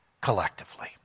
collectively